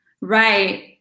Right